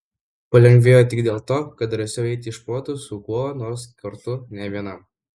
palengvėjo tik dėl to kad drąsiau eiti iš proto su kuo nors kartu ne vienam